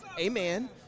Amen